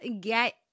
get